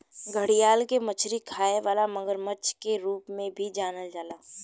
घड़ियाल के मछली खाए वाला मगरमच्छ के रूप में भी जानल जाला